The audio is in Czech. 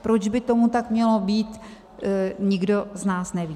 Proč by tomu tak mělo být, nikdo z nás neví.